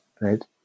right